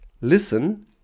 Listen